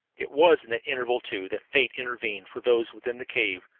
it was in that interval, too, that fate intervened for those within the cave,